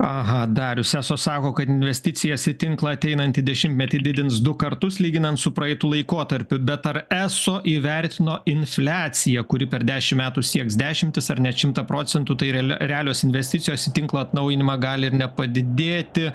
aha darius eso sako kad investicijas į tinklą ateinantį dešimtmetį didins du kartus lyginant su praeitu laikotarpiu bet ar eso įvertino infliaciją kuri per dešim metų sieks dešimtis ar net šimtą procentų tai reali realios investicijos į tinklo atnaujinimą gali ir nepadidėti